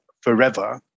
forever